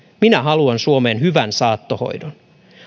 minä haluan suomeen hyvän saattohoidon